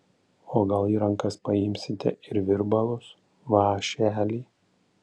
o gal į rankas paimsite ir virbalus vąšelį